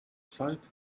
sight